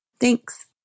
Thanks